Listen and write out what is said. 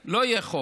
שלא יהיה חוק.